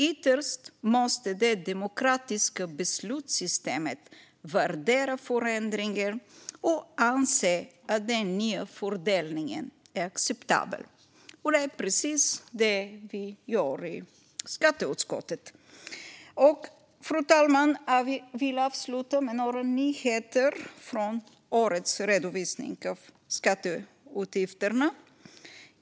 Ytterst måste det demokratiska beslutssystemet värdera förändringen och anse att den nya fördelningen är acceptabel. Och det är precis det vi gör i skatteutskottet. Fru talman! Jag vill avsluta med några nyheter från årets redovisning av skatteutgifterna.